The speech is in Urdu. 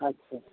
اچھا